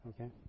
okay